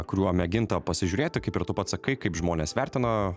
kuriuo mėginta pasižiūrėti kaip ir tu pats sakai kaip žmonės vertina